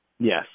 Yes